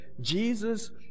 Jesus